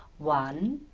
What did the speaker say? one.